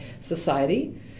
society